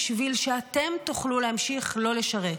בשביל שאתם תוכלו להמשיך לא לשרת.